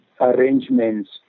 arrangements